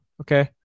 okay